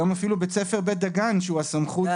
היום אפילו בית ספר בית דגן שהוא הסמכות,